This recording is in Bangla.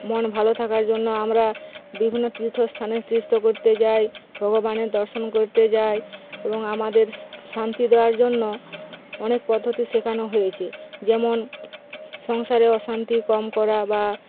মন ভালো থাকার জন্য আমরা বিভিন্ন তীর্থস্থানের তীরস্তো করতে যাই ভগবানের দর্শন করতে যাই এবং আমাদের শান্তি দেওয়ার জন্য অনেক পদ্ধতি শেখানো হয়েছে যেমন সংসারে অশান্তি কম করা বা